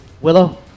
Willow